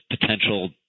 potential